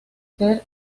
ser